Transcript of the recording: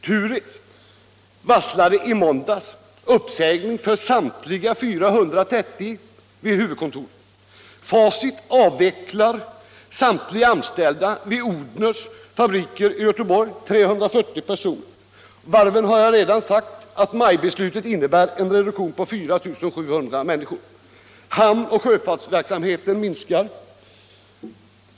Turitz varslade i måndags uppsägning för samtliga 430 anställda vid huvudkontoret. Facit avvecklar samtliga anställda vid Odhners fabriker i Göteborg, 340 personer. För varven har jag redan sagt att majbeslutet innebär en reduktion med 4 700 personer. Hamnoch sjöfartsverksamheten minskar.